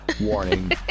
warning